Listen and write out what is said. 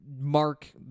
Mark